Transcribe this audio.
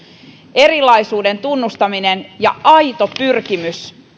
erilaisuuden tunnustaminen ja aito pyrkimys